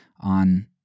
on